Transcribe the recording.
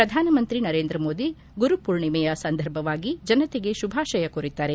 ಪ್ರಧಾನಮಂತ್ರಿ ನರೇಂದ್ರಮೋದಿ ಗುರುಪೂರ್ಣಿಮೆಯ ಸಂದರ್ಭವಾಗಿ ಜನತೆಗೆ ಶುಭಾಶಯ ಕೋರಿದ್ದಾರೆ